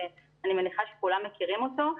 שאני מניחה שכולם מכירים אותו.